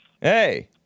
Hey